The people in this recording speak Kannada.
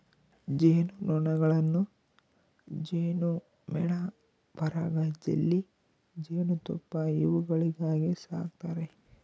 ಜೇನು ನೊಣಗಳನ್ನು ಜೇನುಮೇಣ ಪರಾಗ ಜೆಲ್ಲಿ ಜೇನುತುಪ್ಪ ಇವುಗಳಿಗಾಗಿ ಸಾಕ್ತಾರೆ